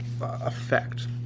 effect